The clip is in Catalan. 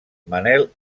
manuel